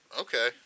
Okay